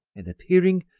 and appearing,